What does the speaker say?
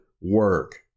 work